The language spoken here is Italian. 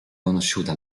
conosciuta